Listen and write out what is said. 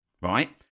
right